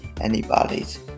anybody's